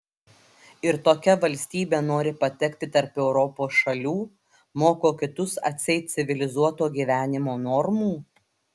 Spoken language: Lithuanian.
ir tokia valstybė nori patekti tarp europos šalių moko kitus atseit civilizuoto gyvenimo normų